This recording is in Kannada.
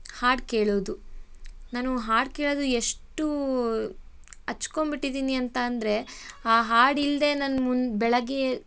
ಹಾಡು ಕೇಳೋದು ನಾನು ಹಾಡು ಕೇಳೋದು ಎಷ್ಟು ಹಚ್ಕೊಂಬಿಟ್ಟಿದ್ದೀನಿ ಅಂತ ಅಂದರೆ ಆ ಹಾಡಿಲ್ಲದೆ ನನ್ನ ಮುನ್ ಬೆಳಗ್ಗೆ